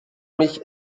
mich